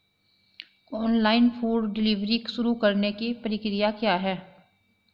Online food delivery शुरू करने की प्रक्रिया क्या है?